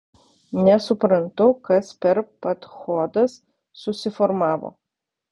nesuprantu kas per padchodas susiformavo